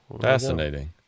fascinating